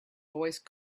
voice